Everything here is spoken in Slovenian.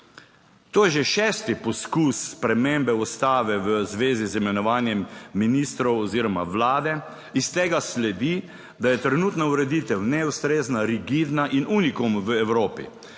To je že šesti poskus spremembe ustave v zvezi z imenovanjem ministrov oziroma vlade. Iz tega sledi, da je trenutna ureditev neustrezna, rigidna in unikum v Evropi.